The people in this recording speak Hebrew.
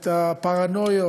את הפרנויות,